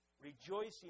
rejoicing